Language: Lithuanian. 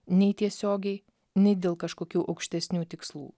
nei tiesiogiai nei dėl kažkokių aukštesnių tikslų